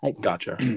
Gotcha